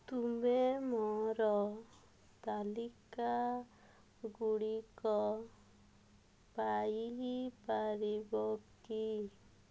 ତୁମେ ମୋର ତାଲିକାଗୁଡ଼ିକ ପାଇପାରିବ କି